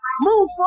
move